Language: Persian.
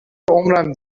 عمرم